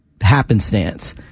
happenstance